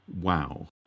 Wow